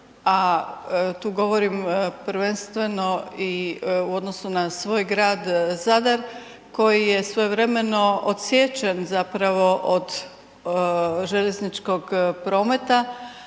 a tu govorim prvenstveno i u odnosu na svoj grad Zadar koji je svojevremeno odsječen zapravo od željezničkog prometa,